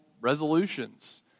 resolutions